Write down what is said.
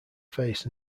face